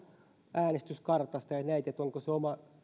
äänestyskartasta ja ja näit onko se oma